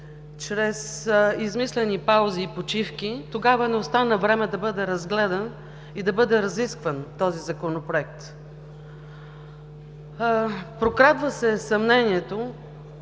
чрез измислени паузи и почивки тогава не остана време той да бъде разгледан, да бъде разискван. Прокрадва се съмнението,